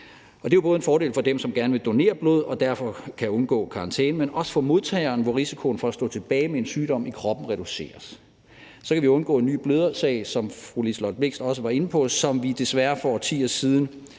Det er jo både en fordel for dem, som gerne vil donere blod og derfor kan undgå karantæne, men også for modtagerne, hvor risikoen for at stå tilbage med en sygdom i kroppen reduceres. På den måde kan vi, som fru Liselott Blixt også var inde på, undgå en ny blødersag